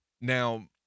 now